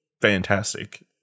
fantastic